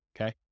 okay